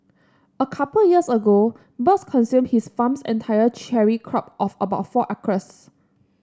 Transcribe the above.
a couple years ago birds consumed his farm's entire cherry crop of about four acres